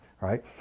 right